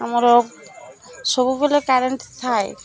ଆମର ସବୁବେଳେ କରେଣ୍ଟ ଥାଏ